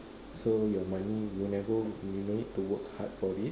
so your money will never you don't need to work hard for it